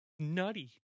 Nutty